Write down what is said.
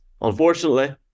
Unfortunately